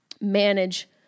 Manage